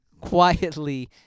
quietly